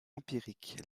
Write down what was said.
empirique